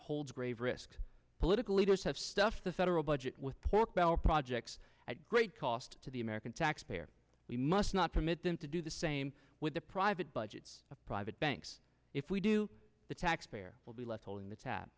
holds grave risks political leaders have stuffed the federal budget with pork barrel projects at great cost to the american taxpayer we must not permit them to do the same with the private budgets of private banks if we do the taxpayer will be left holding the tab